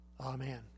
amen